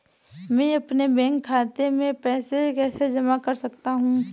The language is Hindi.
मैं अपने बैंक खाते में पैसे कैसे जमा कर सकता हूँ?